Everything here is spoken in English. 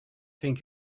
think